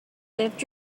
lived